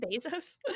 Bezos